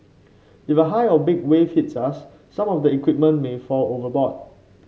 if a high or big wave hits us some of the equipment may fall overboard